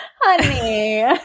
Honey